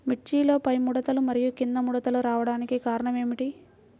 మిర్చిలో పైముడతలు మరియు క్రింది ముడతలు రావడానికి కారణం ఏమిటి?